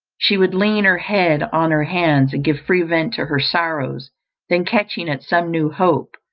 she would lean her head on her hands, and give free vent to her sorrows then catching at some new hope,